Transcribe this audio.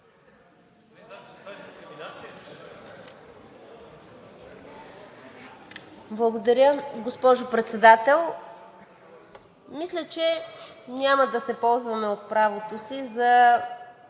Благодаря, госпожо Председател. Мисля, че няма да се ползваме от правото си за